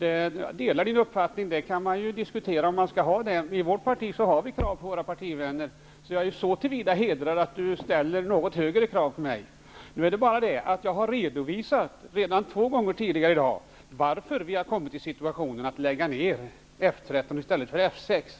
Jag delar hans uppfattning att man kan diskutera om man skall ha det. I vårt parti har vi krav på våra partivänner. Jag är så till vida hedrad av att Lars Stjernkvist ställer något högre krav på mig. Jag har emellertid redan två gånger i dag redovisat varför vi har hamnat i situationen att vi vill lägga ned F 13 i stället för F 6.